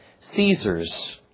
Caesar's